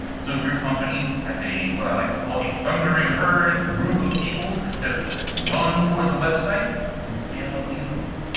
so if your company has what i like to call a thundering herd group of people that run toward the website, you can scale up easily.